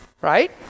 right